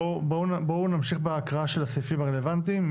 בואו נמשיך בהקראה של הסעיפים הרלוונטיים.